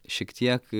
šiek tiek